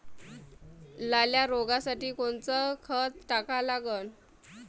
लाल्या रोगासाठी कोनचं खत टाका लागन?